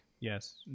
Yes